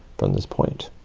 from this point.